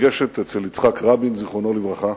נרגשת אצל יצחק רבין, זיכרונו לברכה,